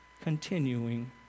continuing